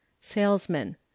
Salesman